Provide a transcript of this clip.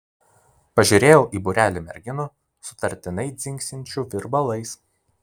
pažiūrėjau į būrelį merginų sutartinai dzingsinčių virbalais